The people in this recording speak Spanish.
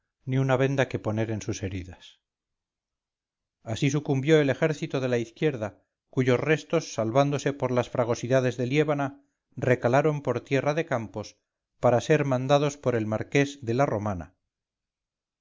ni una venda que poner en sus heridas así sucumbió el ejército de la izquierda cuyos restos salvándose por las fragosidades de liébana recalaron por tierra de campos para ser mandados por el marqués de la romana